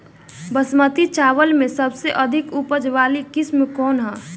बासमती चावल में सबसे अधिक उपज वाली किस्म कौन है?